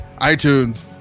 iTunes